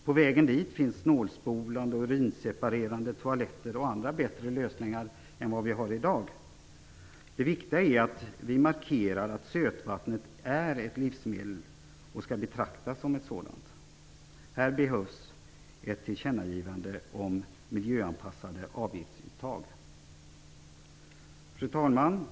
På vägen dit finns snålspolande och urinseparerande toaletter och andra bättre lösningar än vi har i dag. Det viktiga är att vi markerar att sötvattnet är ett livsmedel och skall betraktas som ett sådant. Det behövs ett tillkännagivande om miljöanpassade avgiftsuttag. Fru talman!